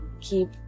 keep